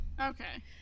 Okay